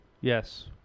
yes